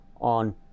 on